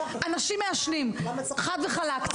אנשים מעשנים, חד וחלק.